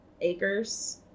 acres